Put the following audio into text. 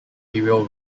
arterial